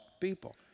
people